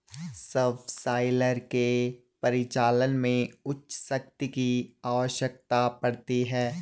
subsoiler के परिचालन में उच्च शक्ति की आवश्यकता पड़ती है